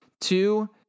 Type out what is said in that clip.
Two